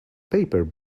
paper